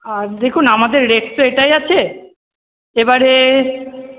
আর দেখুন আমাদের রেট তো এটাই আছে এবারে